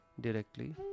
directly